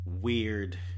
weird